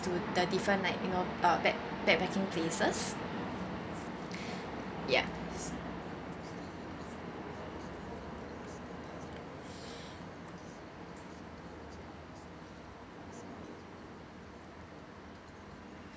to the different like you know uh back~ backpacking places yup